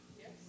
Yes